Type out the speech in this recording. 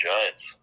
Giants